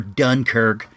dunkirk